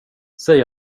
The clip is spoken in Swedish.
säg